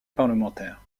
parlementaire